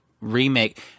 remake